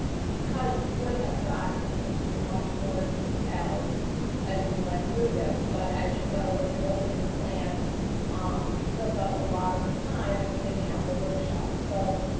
because we would have gotten into much more details as we went through this. but as you know, the reopening plan um took up a lot of the time and we didn't have the workshops. so,